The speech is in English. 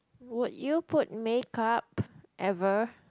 would you put makeup ever